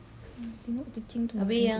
hmm tengok kucing tu